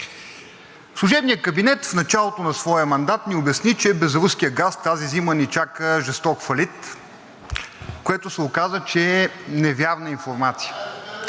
Служебният кабинет в началото на своя мандат ни обясни, че без руския газ тази зима ни чака жесток фалит, което се оказа, че е невярна информация.